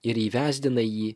ir įvesdina į